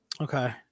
Okay